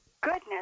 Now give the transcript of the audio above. goodness